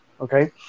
okay